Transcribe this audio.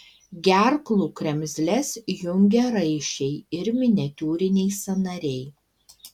gerklų kremzles jungia raiščiai ir miniatiūriniai sąnariai